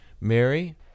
Mary